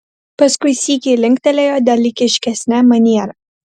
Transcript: paskui sykį linktelėjo dalykiškesne maniera